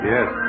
Yes